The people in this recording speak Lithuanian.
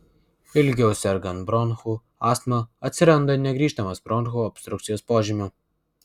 ilgiau sergant bronchų astma atsiranda negrįžtamos bronchų obstrukcijos požymių